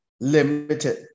limited